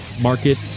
market